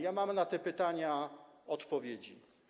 Ja mam na te pytania odpowiedzi.